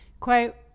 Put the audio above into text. Quote